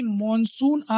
monsoon